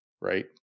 right